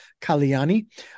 Kalyani